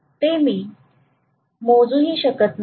मी तो मोजूही शकत नाही